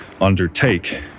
undertake